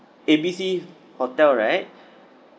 A B C hotel right